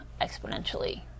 exponentially